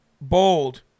bold